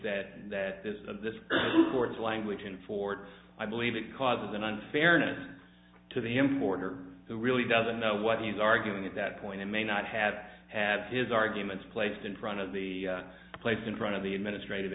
that that is of this court's language in fort i believe it causes an unfairness to the importer who really doesn't know what he's arguing at that point and may not have had his arguments placed in front of the place in front of the administrative